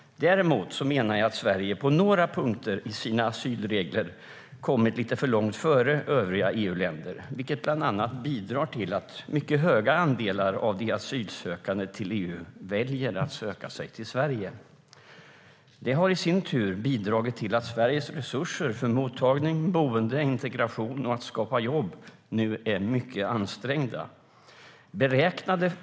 Däremot menar jag att Sverige på några punkter i sina asylregler kommit lite för långt före övriga EU-länder, vilket bland annat bidrar till att mycket höga andelar av de asylsökande i EU väljer att söka sig till Sverige. Det har i sin tur bidragit till att Sveriges resurser för mottagning, boende, integration och jobbskapande nu är mycket ansträngda.